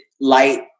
light-